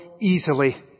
easily